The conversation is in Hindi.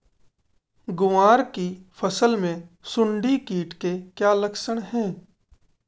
ग्वार की फसल में सुंडी कीट के क्या लक्षण है?